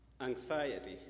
anxiety